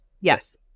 Yes